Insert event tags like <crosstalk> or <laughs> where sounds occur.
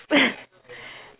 <laughs>